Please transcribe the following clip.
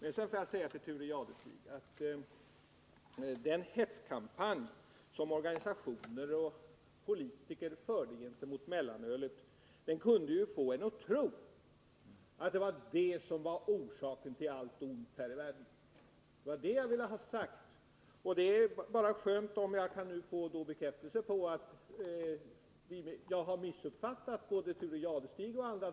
Till Thure Jadestig vill jag säga att den hetskampanj som organisationer och politiker förde mot mellanölet kunde få människor att tro att det var mellanölet som var orsaken till allt ont här i världen. Det var det jag ville ha sagt, och det är bara skönt om jag nu kan få bekräftelse på att jag på den punkten har missuppfattat både Thure Jadestig och andra.